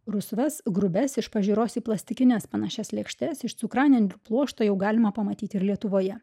rusvas grubias iš pažiūros į plastikines panašias lėkštes iš cukranendrių pluošto jau galima pamatyti ir lietuvoje